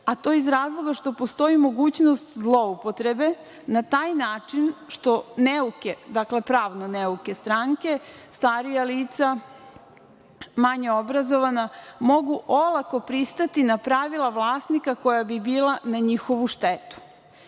a to iz razloga što postoji mogućnost zloupotrebe na taj način što neuke, dakle, pravno neuke stranke, starija lica, manje obrazovana, mogu olako pristati na pravila vlasnika koja bi bila na njihovu